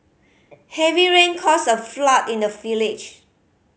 heavy rain caused a flood in the village